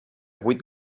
vuit